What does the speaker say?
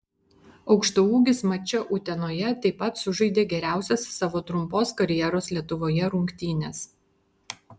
aukštaūgis mače utenoje taip pat sužaidė geriausias savo trumpos karjeros lietuvoje rungtynes